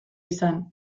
izan